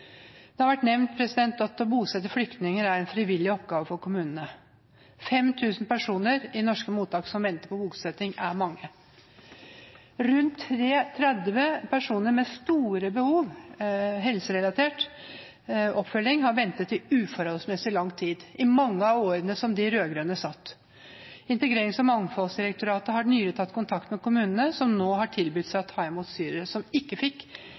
Det har vært nevnt at det å bosette flyktninger er en frivillig oppgave for kommunene. 5 000 personer som venter på bosetting i norske mottak, er mange. Rundt 30 personer med store helserelaterte behov for oppfølging, har ventet i uforholdsmessig lang tid, i mange av de årene da de rød-grønne styrte. Integrerings- og mangfoldsdirektoratet har nylig tatt kontakt med kommunene som nå har tilbudt seg å ta imot syrere som ikke fikk